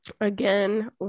Again